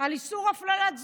על איסור הפללת זנות.